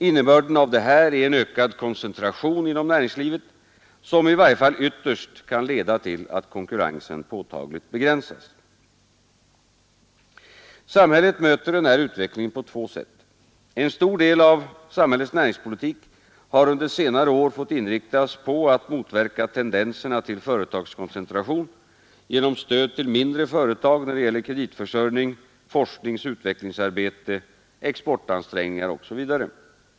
Innebörden av detta är en ökad koncentration inom näringslivet, som i varje fall ytterst kan leda till att konkurrensen påtagligt begränsas. Samhället möter denna utveckling på två sätt. En stor del av samhällets näringspolitik har under senare år fått inriktas på att motverka tendenserna till företagskoncentration genom stöd till mindre företag när det gäller kreditförsörjning, forskningsoch utvecklingsarbete, exportansträngningar osv.